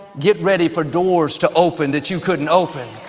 get ready for doors to open that you couldn't open.